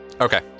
Okay